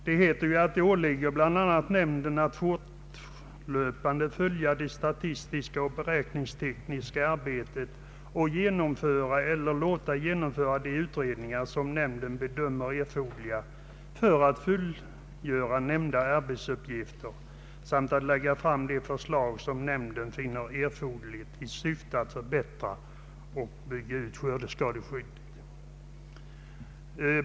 Det åligger nämnden bl.a. att fortlöpande följa det statistiska och beräkningstekniska arbetet och genomföra eller låta genomföra de utredningar som nämnden bedömer erforderliga för att fullgöra nämnda arbetsuppgifter samt att lägga fram de förslag som nämnden finner erforderliga i syfte att förbättra och bygga ut skördeskadeskyddet.